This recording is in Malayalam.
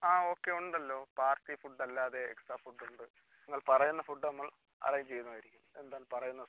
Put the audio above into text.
ആ ഓക്കെ ഉണ്ടല്ലോ പാർട്ടി ഫുഡ്ഡ് അല്ലാതെ എക്സ്ട്രാ ഫുഡ്ഡ് ഉണ്ട് നിങ്ങൾ പറയുന്ന ഫുഡ്ഡ് നമ്മൾ അറേഞ്ച് ചെയ്യുന്നതായിരിക്കും എന്താണ് പറയുന്ന ഫുഡ്ഡ്